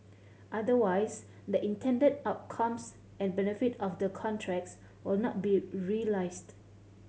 otherwise the intended outcomes and benefit of the contracts would not be realised